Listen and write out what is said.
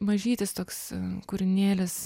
mažytis toks kūrinėlis